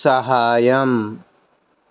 సహాయం